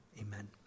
amen